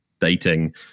dating